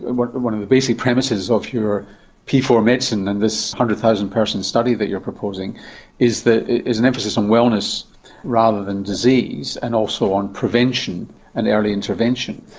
and one one of the basic premises of your p four medicine and this one hundred thousand person study that you're proposing is the. is an emphasis on wellness rather than disease, and also on prevention and early intervention,